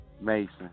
Mason